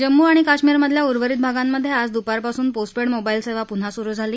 जम्मू आणि काश्मीरमधल्या उर्वरित भागांमध्ये आज द्पारपासून पोस्टपेड मोबाईल सेवा पून्हा सुरु झाली